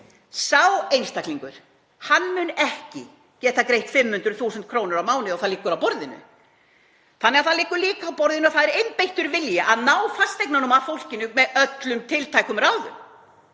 sá einstaklingur mun ekki geta greitt 500.000 kr. á mánuði. Það liggur á borðinu. Það liggur líka á borðinu að það er einbeittur vilji að ná fasteignunum af fólkinu með öllum tiltækum ráðum.